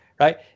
right